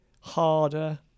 harder